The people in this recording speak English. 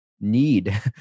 need